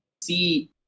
see